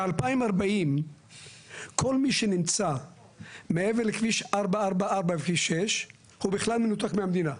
ב-2040 כל מי שנמצא מעבר לכביש 444 וכביש 6 הוא בכלל מנותק מהמדינה.